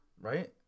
right